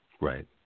Right